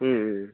ம் ம்